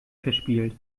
verspielt